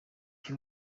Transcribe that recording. jya